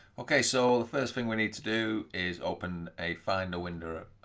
ok so the first thing we need to do is open a finder window